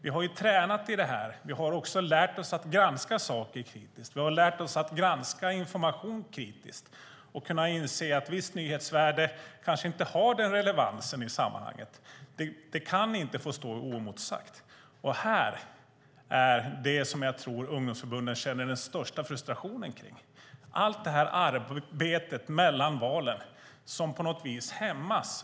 Vi har tränat på detta, och vi har lärt oss att granska saker kritiskt. Vi har lärt oss att granska information kritiskt och kunna inse att visst nyhetsvärde kanske inte har relevans i sammanhanget. Det kan inte få stå oemotsagt. Här är det jag tror att ungdomsförbunden känner den största frustrationen kring: allt arbete mellan valen som på något vis hämmas.